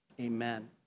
Amen